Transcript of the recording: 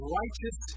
righteous